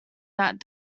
that